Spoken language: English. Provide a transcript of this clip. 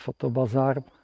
fotobazar